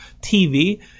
tv